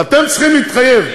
אבל אתם צריכים להתחייב.